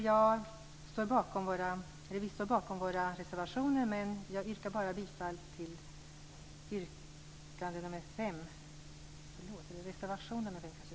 Vi står givetvis bakom våra reservationer men jag yrkar bifall bara till reservation 5.